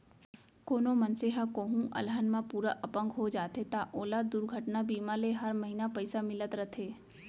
कोनों मनसे ह कोहूँ अलहन म पूरा अपंग हो जाथे त ओला दुरघटना बीमा ले हर महिना पइसा मिलत रथे